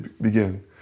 begin